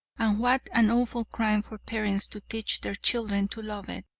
what an awful crime for parents to teach their children to love it!